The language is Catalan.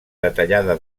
detallada